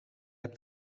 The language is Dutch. hebt